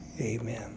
Amen